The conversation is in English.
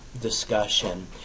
discussion